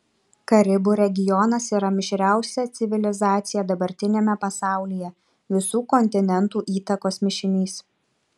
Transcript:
karibų regionas yra mišriausia civilizacija dabartiniame pasaulyje visų kontinentų įtakos mišinys